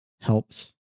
helps